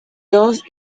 dos